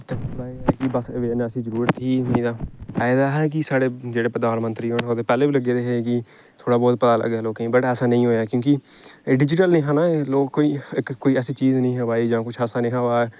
आई गेदा हा कि साढ़े प्रधानमंत्री ओह्दे कोला पैह्लें बी लग्गे दे हे कि थोह्ड़ा बहूत पता लग्गे लोकें गी बट ऐसा नेईं होएआ क्योंकि डिजीटल नेईं हा ना लोक कोई ऐसी चीज नेईं भाई जां कुछ ऐसा नेईं हा होआ दा